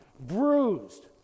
bruised